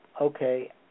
okay